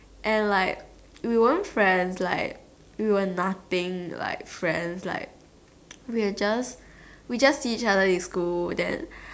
and like we wouldn't friends like we were nothing like friends like we will just we just see each other in school then